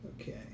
Okay